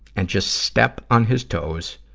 and just step on his toes,